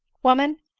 woman,